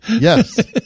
Yes